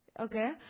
Okay